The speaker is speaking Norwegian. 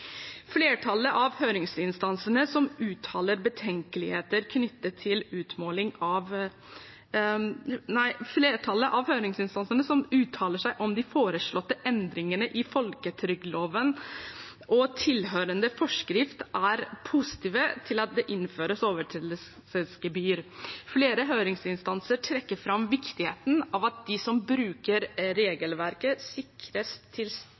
Flertallet av høringsinstansene som uttaler seg om de foreslåtte endringene i folketrygdloven og tilhørende forskrift, er positive til at det innføres overtredelsesgebyr. Flere høringsinstanser trekker fram viktigheten av at de som bruker regelverket, sikres